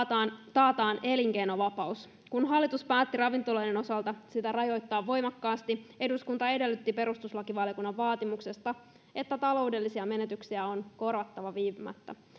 taataan elinkeinovapaus kun hallitus päätti ravintoloiden osalta sitä rajoittaa voimakkaasti eduskunta edellytti perustuslakivaliokunnan vaatimuksesta että taloudellisia menetyksiä on korvattava viipymättä